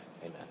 Amen